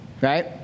right